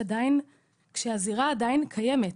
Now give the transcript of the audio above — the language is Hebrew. כשהזירה עדיין קיימת.